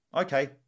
Okay